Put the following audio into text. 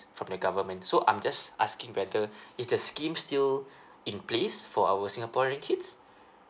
from the government so I'm just asking whether is the scheme still in place for our singaporean kids